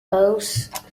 house